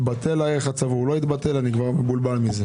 אני לא מנהל את המשטרה,